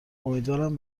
امیدوارم